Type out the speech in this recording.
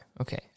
okay